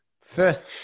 first